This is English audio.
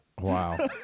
Wow